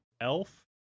elf